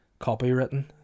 Copywritten